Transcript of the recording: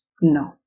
No